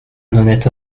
honnête